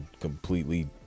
completely